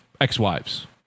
ex-wives